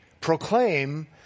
proclaim